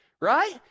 right